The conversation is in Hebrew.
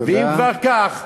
ואם כבר כך,